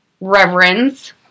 reverends